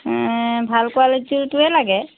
ভাল কুৱালিটিটোৱেই লাগে